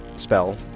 spell